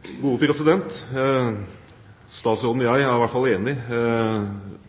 til oppfølgingsspørsmål. Statsråden og jeg er